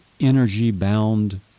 energy-bound